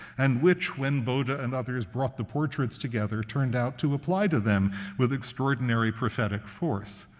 and which, when bode ah and others brought the portraits together, turned out to apply to them with extraordinary prophetic force.